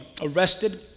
arrested